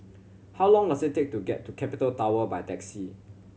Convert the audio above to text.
how long was it take to get to Capital Tower by taxi